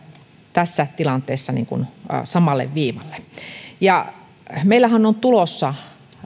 tässä tilanteessa samalle viivalle meillähän on tulossa